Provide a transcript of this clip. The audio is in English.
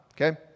okay